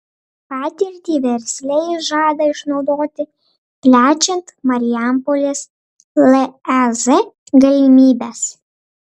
patirtį versle jis žada išnaudoti plečiant marijampolės lez galimybes